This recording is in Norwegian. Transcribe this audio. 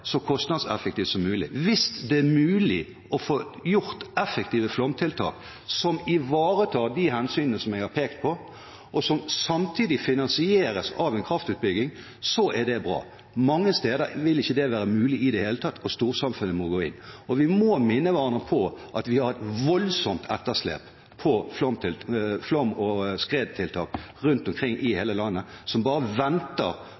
så kostnadseffektivt som mulig. Hvis det er mulig å få gjort effektive flomtiltak som ivaretar de hensynene jeg har pekt på, og som samtidig finansieres av en kraftutbygging, er det bra. Mange steder vil ikke det være mulig i det hele tatt, og storsamfunnet må gå inn. Vi må minne hverandre på at vi har et voldsomt etterslep når det gjelder flom- og skredtiltak rundt omkring i hele landet, et etterslep som bare venter